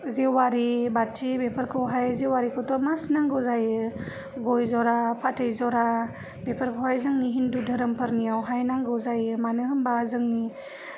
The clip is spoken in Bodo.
जेवारि बाथि बेफोरखौहाय जेवारिखौथ' मास नांगौ जायो गय ज'रा फाथै ज'रा बेफोरखौहाय जोंनि हिन्दु धोरोमफोरनियावहाय नांगौ जायो मानो होनबा जोंनि